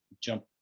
jump